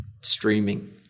streaming